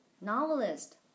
novelist